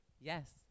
Yes